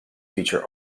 feature